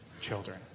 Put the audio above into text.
children